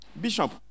Bishop